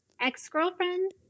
ex-girlfriend